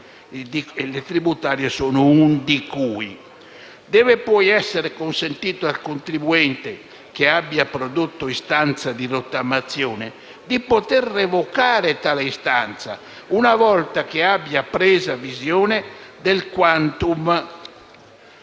(le tributarie sono un "di cui"). Deve poi essere consentito al contribuente che abbia prodotto istanza di rottamazione di poter revocare tale istanza una volta che abbia preso visione del *quantum*